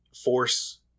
force